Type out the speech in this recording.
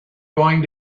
going